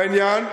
בעניין,